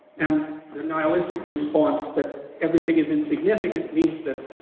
um the nihilistic response that everything is insignificant means that,